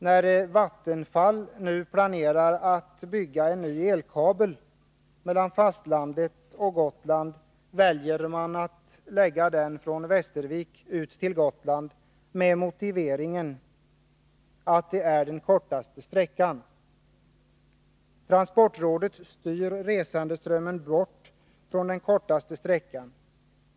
När Vattenfall nu planerar en ny elkabel mellan fastlandet och Gotland väljer man att lägga den från Västervik ut till Gotland med motiveringen att det är den kortaste sträckan. Transportrådet styr resandeströmmen bort från den kortaste sträckan.